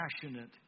passionate